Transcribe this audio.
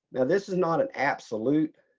now this is not an absolute.